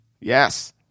Yes